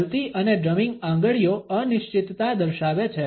હલતી અને ડ્રમિંગ આંગળીઓ અનિશ્ચિતતા દર્શાવે છે